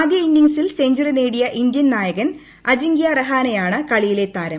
ആദ്യ ഇന്നിങ്സിൽ സെഞ്ചുറി നേടിയ ഇന്ത്യൻ നായകൻ അജിങ്കൃ രഹാനെയാണ് കളിയിലെ താരം